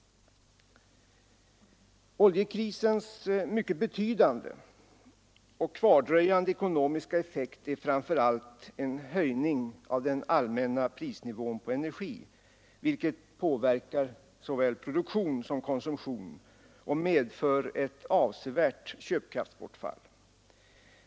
Oljekrisens mycket betydande och kvardröjande ekonomiska effekter är framför allt en höjning av den allmänna prisnivån på energi, vilket påverkar såväl produktion som konsumtion och medför ett avsevärt köpkraftsbortfall.